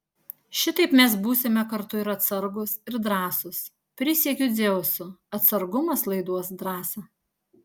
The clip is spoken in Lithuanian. šitaip mes būsime kartu ir atsargūs ir drąsūs prisiekiu dzeusu atsargumas laiduos drąsą